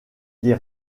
des